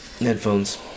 Headphones